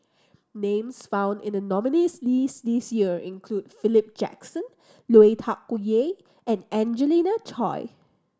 names found in the nominees' list this year include Philip Jackson Lui Tuck Yew and Angelina Choy